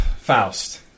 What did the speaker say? Faust